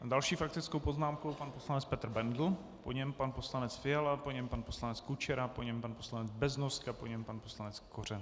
Další s faktickou poznámkou pan Petr Bendl, po něm pan poslanec Fiala, po něm pan poslanec Kučera, po něm pan poslanec Beznoska, po něm pan poslanec Kořenek.